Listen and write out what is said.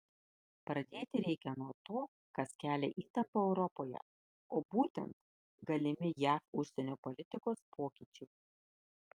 pradėti reikia nuo to kas kelia įtampą europoje o būtent galimi jav užsienio politikos pokyčiai